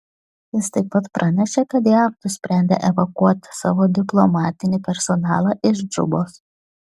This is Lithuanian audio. jis taip pat pranešė kad jav nusprendė evakuoti savo diplomatinį personalą iš džubos